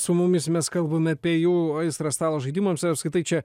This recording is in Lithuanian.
su mumis mes kalbam apie jų aistrą stalo žaidimams ir apskritai čia